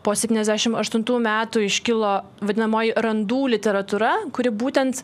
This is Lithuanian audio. po septyniasdešimt aštuntų metų iškilo vadinamoji randų literatūra kuri būtent